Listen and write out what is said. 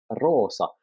Rosa